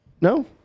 No